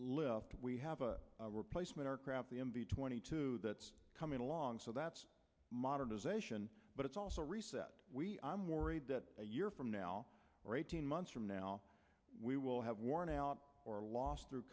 lives we have a replacement the m b twenty two that's coming along so that's modernization but it's also reset we i'm worried that a year from now or eighteen months from now we will have worn out or lost through